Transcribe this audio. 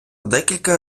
декілька